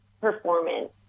performance